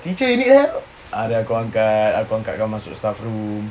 teacher you need help ah then aku angkat aku angkat kan masuk staffroom